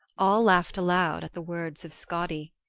all laughed aloud at the words of skadi.